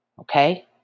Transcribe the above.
Okay